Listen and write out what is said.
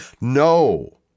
No